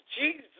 Jesus